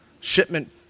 shipment